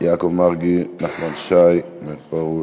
יעקב מרגי, נחמן שי, מאיר פרוש.